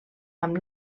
amb